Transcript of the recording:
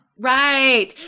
Right